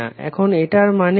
এখন এটার মানে কি